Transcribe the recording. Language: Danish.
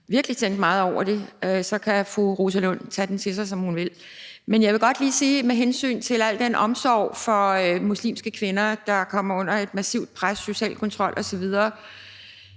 virkelig tænke meget over. Så kan fru Rosa Lund tage den til sig, som hun vil. Men jeg vil godt lige sige noget med hensyn til al den omsorg for muslimske kvinder, der kommer under et massivt pres, social kontrol osv.